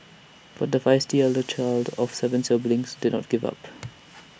but the feisty elder child of Seven siblings did not give up